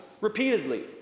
repeatedly